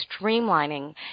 streamlining